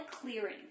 clearing